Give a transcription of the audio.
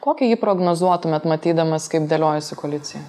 kokį jį prognozuotumėt matydamas kaip dėliojasi koalicija